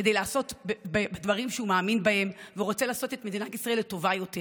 כדי לעשות דברים שהוא מאמין בהם ורוצה לעשות את מדינת ישראל לטובה יותר.